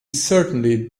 certainly